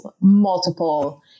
multiple